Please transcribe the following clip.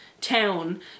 town